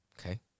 Okay